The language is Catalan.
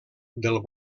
del